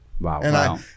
Wow